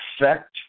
affect